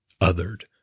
othered